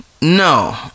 No